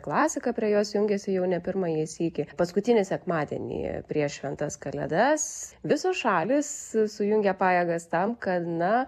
klasika prie jos jungiasi jau ne pirmąjį sykį paskutinį sekmadienį prieš šventas kalėdas visos šalys sujungia pajėgas tam kad na